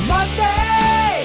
Monday